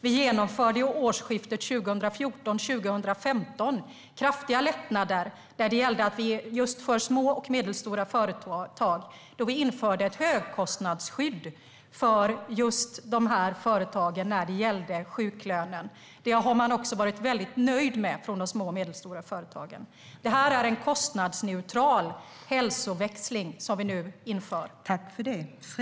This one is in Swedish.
Vi genomförde vid årsskiftet 2014/15 kraftiga lättnader för små och medelstora företag då vi införde ett högkostnadsskydd för just dessa företag när det gäller sjuklönen. Detta har de små och medelstora företagen varit nöjda med. Det är en kostnadsneutral hälsoväxling som vi nu inför.